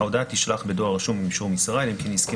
ההודעה תישלח בדואר רשום עם אישור מסירה אלא אם כן הסכים